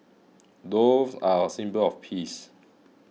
doves are a symbol of peace